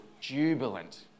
jubilant